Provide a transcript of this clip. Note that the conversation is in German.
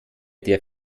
der